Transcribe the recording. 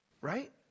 Right